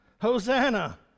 Hosanna